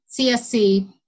CSC